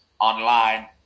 online